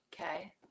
Okay